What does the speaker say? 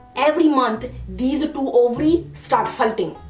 every month, these two ovaries start fighting.